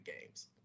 games